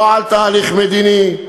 לא על תהליך מדיני,